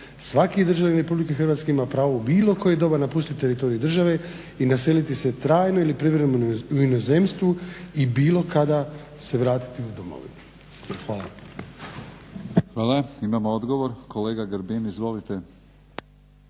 Svaki državljanin Republike Hrvatske ima pravo u bilo koje doba napustiti teritorij države i naseliti se trajno ili privremeno u inozemstvu i bilo kada se vratiti u domovinu. Hvala. **Batinić, Milorad (HNS)** Hvala. Imamo odgovor. Kolega Grbin, izvolite.